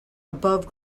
above